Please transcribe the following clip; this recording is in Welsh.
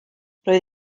roedd